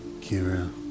Kira